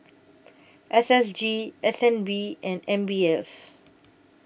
S S G S N B and M B S